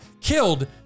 killed